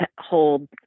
hold